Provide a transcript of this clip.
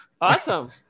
Awesome